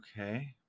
Okay